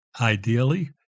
Ideally